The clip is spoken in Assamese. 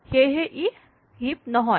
সেয়েহে ই হিপ নহয়